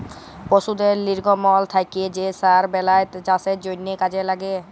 পশুদের লির্গমল থ্যাকে যে সার বেলায় চাষের জ্যনহে কাজে ল্যাগে